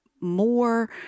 more